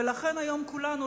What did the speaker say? ולכן היום כולנו,